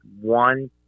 one